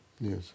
Yes